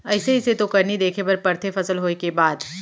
अइसे अइसे तो करनी देखे बर परथे फसल होय के बाद